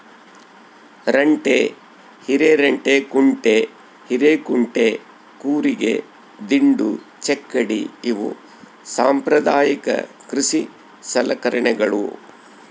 ರಂಟೆ ಹಿರೆರಂಟೆಕುಂಟೆ ಹಿರೇಕುಂಟೆ ಕೂರಿಗೆ ದಿಂಡು ಚಕ್ಕಡಿ ಇವು ಸಾಂಪ್ರದಾಯಿಕ ಕೃಷಿ ಸಲಕರಣೆಗಳು